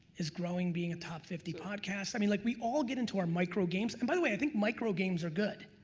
is growing being a top fifty podcast? i mean like we all get into our micro games and by the way i think micro games are good.